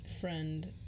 friend